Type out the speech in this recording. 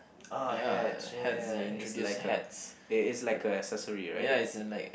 ah hatch ya ya ya is like a it it's like a accessory right